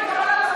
אתה יודע את זה.